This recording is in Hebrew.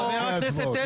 חבר הכנסת אלקין,